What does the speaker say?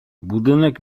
budynek